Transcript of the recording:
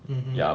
mmhmm